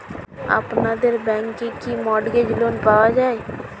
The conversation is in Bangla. আপনাদের ব্যাংকে কি মর্টগেজ লোন পাওয়া যায়?